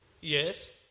Yes